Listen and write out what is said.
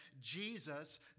Jesus